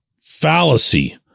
fallacy